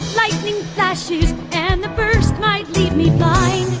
lightning flashes and the burst might leave me but